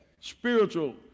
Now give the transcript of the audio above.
spiritual